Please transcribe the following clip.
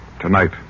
Tonight